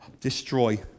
destroy